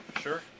sure